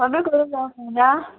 कमी करूंन जावची ना